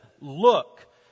look